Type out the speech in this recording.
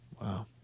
Wow